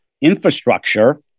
infrastructure